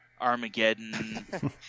Armageddon